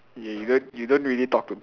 ya you don't you don't really talk to